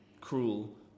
cruel